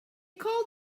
called